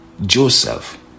Joseph